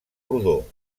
rodó